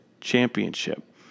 championship